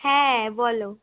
হ্যাঁ বলো